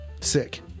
Sick